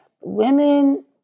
women